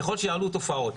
ככל שיעלו תופעות,